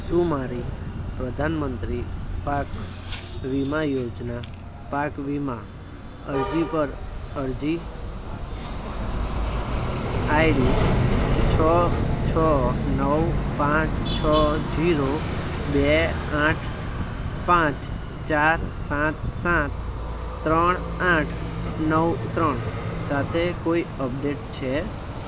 શું મારી પ્રધાનમંત્રી પાક વીમા યોજના પાક વીમા અરજી પર અરજી આઈડી છ છ નવ પાંચ છ ઝીરો બે આઠ પાંચ ચાર સાત સાત ત્રણ આઠ નવ ત્રણ સાથે કોઈ અપડેટ છે